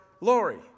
Lori